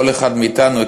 כל אחד מאתנו,